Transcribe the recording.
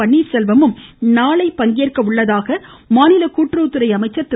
பன்னீர்செல்வமும் நாளை பங்கேற்க உள்ளதாக மாநில கூட்டுறவுத்துறை அமைச்சர் திரு